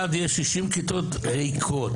בערד יש 60 כיתות ריקות,